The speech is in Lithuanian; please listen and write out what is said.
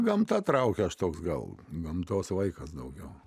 gamta traukia aš toks gal gamtos vaikas daugiau